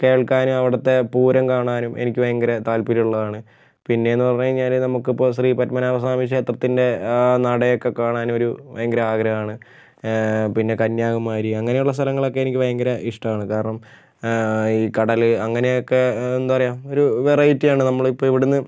കേൾക്കാനും അവിടുത്തെ പൂരം കാണാനും എനിക്ക് ഭയങ്കര താത്പര്യം ഉള്ളതാണ് പിന്നെ എന്ന് പറഞ്ഞ് കഴിഞ്ഞാൽ നമുക്ക് ഇപ്പോൾ ശ്രീ പത്മനാഭസ്വാമി ക്ഷേത്രത്തിൻ്റെ ആ നടയൊക്കെ കാണാനും ഒരു ഭയങ്കര ആഗ്രഹം ആണ് പിന്നെ കന്യാകുമാരി അങ്ങനെ ഉള്ള സ്ഥലങ്ങൾ ഒക്കെ എനിക്ക് ഭയങ്കര ഇഷ്ടം ആണ് കാരണം ഈ കടൽ അങ്ങനെ ഒക്കെ എന്താ പറയുക ഒരു വെറൈറ്റി ആണ് നമ്മൾ ഇപ്പോൾ ഇവിറ്റെ നിന്ന്